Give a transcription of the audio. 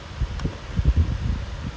in between like the land area lah